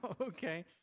Okay